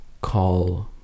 call